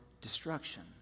destruction